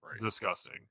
disgusting